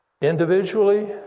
Individually